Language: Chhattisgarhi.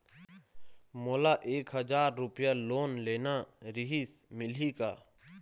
मोला एक हजार रुपया लोन लेना रीहिस, मिलही का?